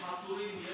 יש עצורים?